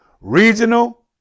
regional